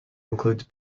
includes